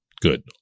Good